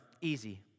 Easy